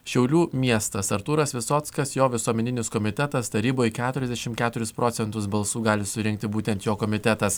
šiaulių miestas artūras visockas jo visuomeninis komitetas taryboje keturiasdeimt keturis procentus balsų gali surinkti būtent jo komitetas